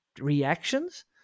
reactions